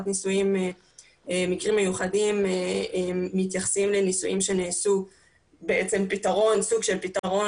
נישואים במקרים מיוחדים מתייחסים לנישואים שנעשו כסוג של פתרון